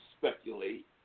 speculate